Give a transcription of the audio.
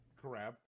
crap